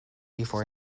before